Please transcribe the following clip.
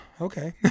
Okay